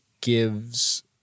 gives